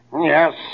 Yes